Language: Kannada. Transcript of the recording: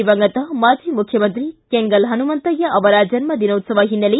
ದಿವಂಗತ ಮಾಜಿ ಮುಖ್ಖಮಂತ್ರಿ ಕೆಂಗಲ್ ಪನುಮಂತಯ್ತ ಅವರ ಜನ್ನದಿನೋತ್ಸವ ಹಿನ್ನೆಲೆ